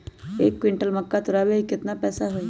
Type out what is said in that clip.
एक क्विंटल मक्का तुरावे के केतना पैसा होई?